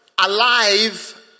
alive